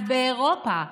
אז באירופה,